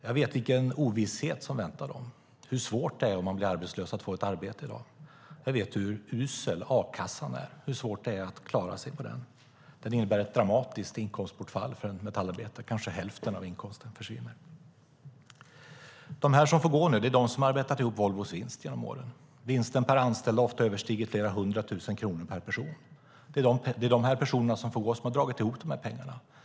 Jag vet vilken ovisshet som väntar dem och hur svårt det är att få ett arbete i dag om man blir arbetslös. Jag vet hur usel a-kassan är och hur svårt det är att klara sig på den. Den innebär ett dramatiskt inkomstbortfall för en metallarbetare. Kanske hälften av inkomsten försvinner. De som nu får gå är de som arbetat ihop Volvos vinst genom åren. Vinsten per anställd har ofta överstigit flera hundra tusen kronor. Det är personerna som får gå som har dragit ihop de här pengarna.